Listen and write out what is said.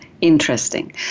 interesting